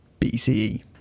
BCE